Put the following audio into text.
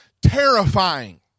terrifying